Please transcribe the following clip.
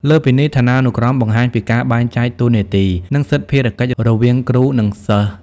លើសពីនេះឋានានុក្រមបង្ហាញពីការបែងចែកតួនាទី និងសិទិ្ធភារកិច្ចរវាងគ្រូ និងសិស្ស។